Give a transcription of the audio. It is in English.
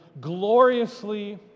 gloriously